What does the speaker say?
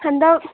ꯍꯟꯗꯛ